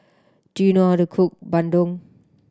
do you know how to cook bandung